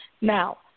Now